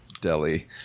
Delhi